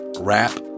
rap